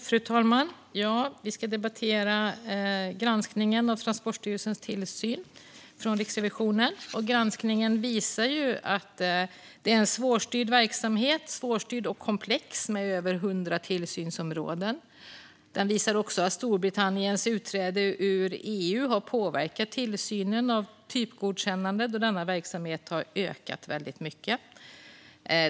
Fru talman! Vi ska debattera Riksrevisionens granskning av Transportstyrelsens tillsyn. Granskningen visar att det är en svårstyrd och komplex verksamhet med över 100 tillsynsområden. Den visar också att Storbritanniens utträde ur EU har påverkat tillsynen av typgodkännanden, då denna verksamhet har ökat väldigt mycket.